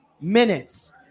minutes